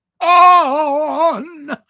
On